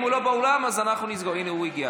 אם הוא לא באולם, הינה, הוא הגיע.